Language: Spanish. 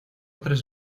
tres